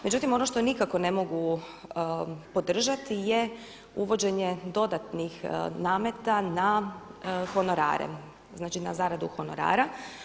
Međutim ono što nikako ne mogu podržati je uvođenje dodatni nameta na honorare, znači na zaradu honorara.